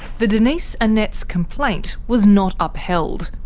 the denise annetts complaint was not upheld,